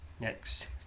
next